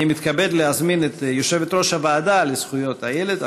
אני מתכבד להזמין את יושבת-ראש הוועדה לזכויות הילד,